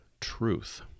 truth